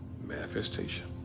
Manifestation